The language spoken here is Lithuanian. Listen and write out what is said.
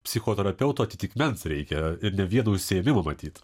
psichoterapeuto atitikmens reikia ir ne vienų užsiėmimo matyt